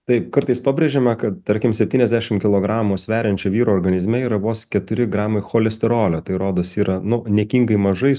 taip kartais pabrėžiama kad tarkim septyniasdešimt kilogramų sveriančio vyro organizme yra vos keturi gramai cholesterolio tai rodos yra nu niekingai mažai